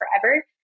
forever